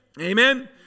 Amen